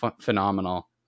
phenomenal